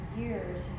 years